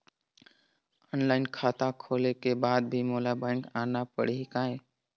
Online खाता खोले के बाद भी मोला बैंक आना पड़ही काय?